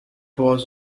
was